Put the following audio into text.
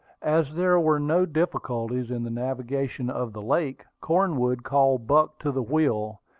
as there were no difficulties in the navigation of the lake, cornwood called buck to the wheel,